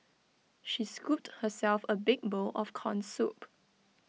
she scooped herself A big bowl of Corn Soup